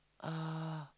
uh